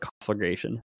conflagration